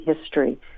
history